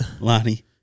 Lonnie